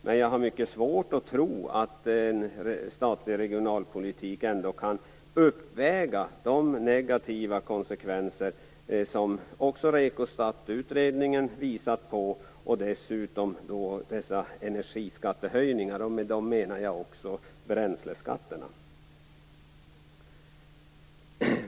Men jag har mycket svårt att tro att en statlig regionalpolitik ändå kan uppväga de negativa konsekvenser som också REKO STAT-utredningen visat på och dessutom dessa energiskattehöjningar. Med det menar jag också bränsleskatterna.